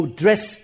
dress